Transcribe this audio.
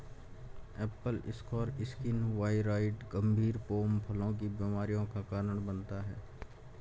Apple scar skin viroid गंभीर pome फलों की बीमारियों का कारण बनता है